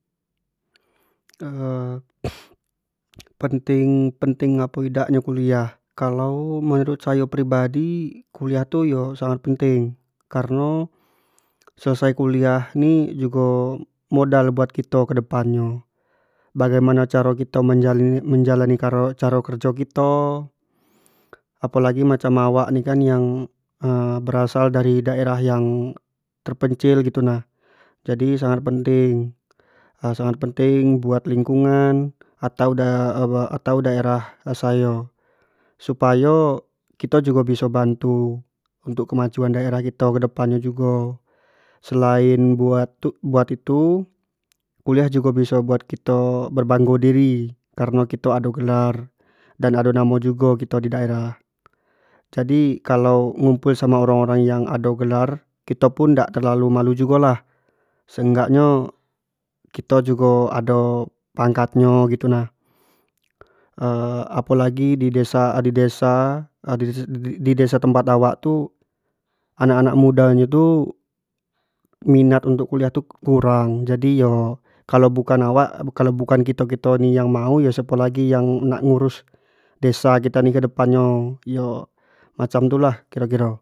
penting- penting apo idak nyo kuliah, kalau menurut sayo pribadi yo kuliah tu sangat penting, kareno selesai kuliah ni jugo modal buat kito kedepan nyo bagaimano caro kito menajalani kar- caro kerjo kito apo lagi macam awak ni kan yang berasal dari daerah yang terpencil gitu nah, jadi sangat penting sangat penting buat lingkungan, atau atau daerah sayo supayo kito jugo bisa bantu buat kemajuan daerah kito jugo selain buat itu kuliah jugo biso buat kito berbanggo diri kareno kito do gelar dan ado namo jugo kito di daerah, jadi kalau ngumpul samo orang- orang yang ado gelar kito pun dak terlalu malu jugo lah, se enggak nyo, kito jugo ado pangkat nylo gitu nah apo lagi di-di-di desa di de- de de- desa tempat wak tu anak- anak muda nyo tu minat untuk kuliah tu kurang, jadi kalau bukan awak, kalau bukan kito- kito yang mau yo siapo lagi yang nak ngurus desa kito ni ke depan nyo, yo macam tu lah kiro- kiro.